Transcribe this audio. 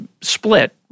split